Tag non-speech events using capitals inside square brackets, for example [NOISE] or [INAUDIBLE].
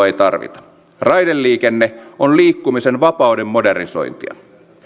[UNINTELLIGIBLE] ei tarvita raideliikenne on liikkumisen vapauden modernisointia